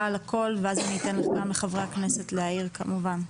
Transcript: ע הכל ואז אני אתן לחברי הכנס להעיר כמובן.